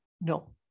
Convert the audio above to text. No